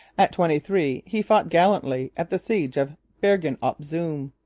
at twenty-three he fought gallantly at the siege of bergen-op-zoom.